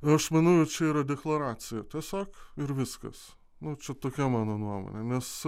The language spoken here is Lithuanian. aš manau čia yra deklaracija tiesiog ir viskas nu čia tokia mano nuomonė nes